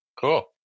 cool